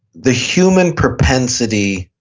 the human propensity,